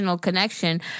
connection